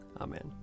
Amen